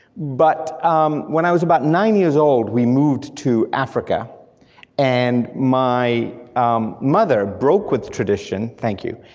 but when i was about nine years old, we moved to africa and my mother broke with tradition, thank you,